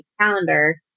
calendar